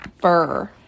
fur